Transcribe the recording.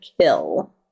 kill